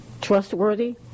trustworthy